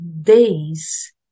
days